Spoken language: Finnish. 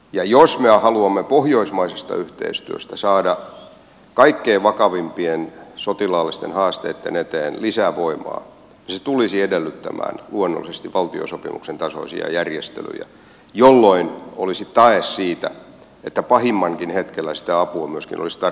ja jos me haluamme pohjoismaisesta yhteistyöstä saada kaikkein vakavimpien sotilaallisten haasteitten eteen lisävoimaa niin se tulisi edellyttämään luonnollisesti valtiosopimuksen tasoisia järjestelyjä jolloin olisi tae siitä että pahimmankin hetkellä sitä apua myöskin olisi tarvittaessa